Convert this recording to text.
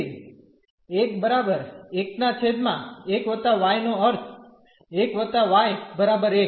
તેથી નો અર્થ 1 y1